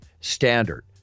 Standard